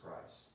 Christ